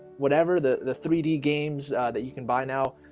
whatever the the three d games that you can buy now